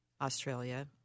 Australia